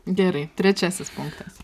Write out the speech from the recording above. gerai trečiasis punktas